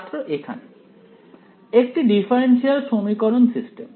ছাত্র এখানে একটি ডিফারেনশিয়াল সমীকরণ সিস্টেম